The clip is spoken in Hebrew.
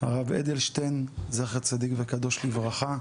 הרב אדלשטיין זכר צדיק וקדוש לברכה,